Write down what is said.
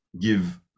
give